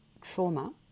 trauma